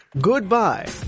Goodbye